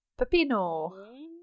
pepino